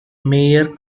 mayor